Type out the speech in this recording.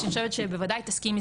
שאני חושבת שבוודאי תסכימי,